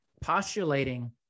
postulating